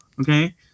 Okay